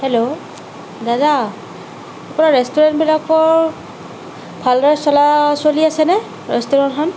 hello ' দাদা আপোনাৰ ৰেষ্টুৰেণ্টবিলাকৰ ভালদৰে চলা চলি আছেনে ৰেষ্টুৰেণ্টখন